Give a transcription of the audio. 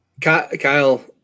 Kyle